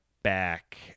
Back